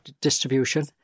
distribution